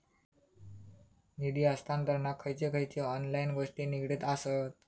निधी हस्तांतरणाक खयचे खयचे ऑनलाइन गोष्टी निगडीत आसत?